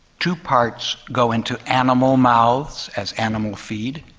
two parts go into animal mouths as animal feed,